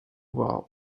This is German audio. warm